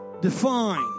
define